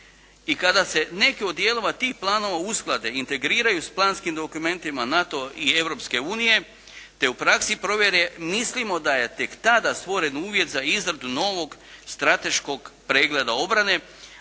i kada se neki od dijelova tih plan usklade i integriraju s planskim dokumentima NATO-a i Europske unije te u praksi provjere mislimo da je tek tada stvoren uvjet za izradu novog strateškog pregleda obrane